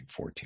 14